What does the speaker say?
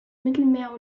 mittelmeer